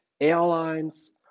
airlines